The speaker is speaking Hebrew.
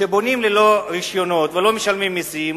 כשבונים ללא רשיונות ולא משלמים מסים,